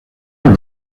del